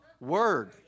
word